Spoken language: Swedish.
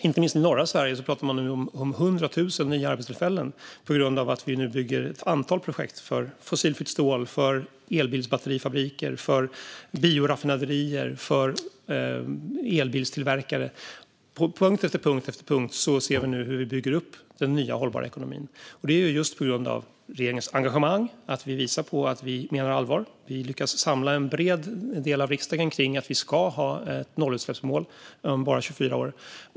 Inte minst i norra Sverige talar man nu om 100 000 nya arbetstillfällen på grund av ett antal projekt för fossilfritt stål, elbilsbatterifabriker, bioraffinaderier och elbilstillverkare. På punkt efter punkt ser vi hur vi bygger upp den nya hållbarheten i ekonomin, och det är just på grund av regeringens engagemang. Vi visar att vi menar allvar. Vi lyckas samla brett stöd i riksdagen kring ett nollutsläppsmål om bara 24 år.